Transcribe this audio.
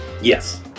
Yes